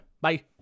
Bye